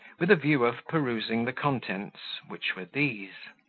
with a view of perusing the contents, which were these